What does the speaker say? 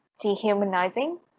dehumanizing